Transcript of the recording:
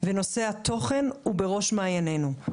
ונושא התוכן הוא ראש מעייננו.